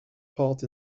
part